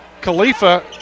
Khalifa